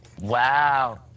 Wow